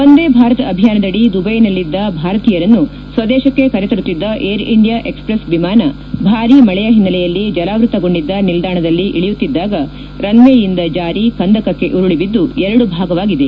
ವಂದೇ ಭಾರತ ಅಭಿಯಾನದಡಿ ದುವೈನಲ್ಲಿದ್ದ ಭಾರತೀಯರನ್ನು ಸ್ವದೇಶಕ್ಕೆ ಕರೆತರುತ್ನಿದ್ದ ಏರ್ ಇಂಡಿಯಾ ಎಕಪ್ರೆಸ್ ವಿಮಾನ ಭಾರಿ ಮಳೆಯ ಹಿನ್ವೆಲೆಯಲ್ಲಿ ಜಲಾವ್ಯತಗೊಂಡಿದ್ದ ನಿಲ್ಲಾಣದಲ್ಲಿ ಇಳಿಯುತ್ತಿದ್ದಾಗ ರನ್ವೇಯಿಂದ ಜಾರಿ ಕಂದಕಕ್ಕೆ ಉರುಳಬಿದ್ದು ಎರಡು ಭಾಗವಾಗಿದೆ